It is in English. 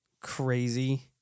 Crazy